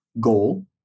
goal